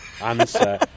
answer